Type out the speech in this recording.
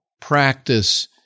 practice